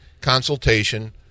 consultation